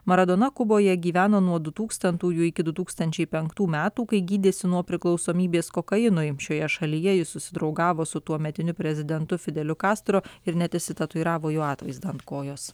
maradona kuboje gyveno nuo du tūkstantųjų iki du tūkstančiai penktų metų kai gydėsi nuo priklausomybės kokainui šioje šalyje jis susidraugavo su tuometiniu prezidentu fideliu kastro ir net išsitatuiravo jo atvaizdą ant kojos